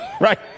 right